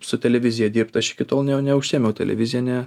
su televizija dirbt aš iki tol ne neužsiėmiau televizine